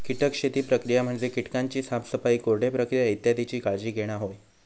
कीटक शेती प्रक्रिया म्हणजे कीटकांची साफसफाई, कोरडे प्रक्रिया इत्यादीची काळजी घेणा होय